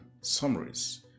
Summaries